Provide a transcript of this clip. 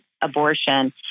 abortion